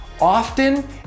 Often